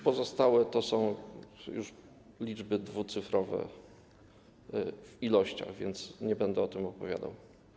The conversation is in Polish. Pozostałe to są już liczby dwucyfrowe w ilościach, więc nie będę o tym opowiadał.